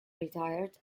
retired